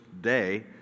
day